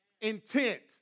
intent